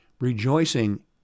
Rejoicing